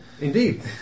Indeed